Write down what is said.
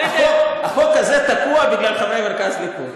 החוק הזה תקוע בגלל חברי מרכז ליכוד.